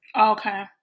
Okay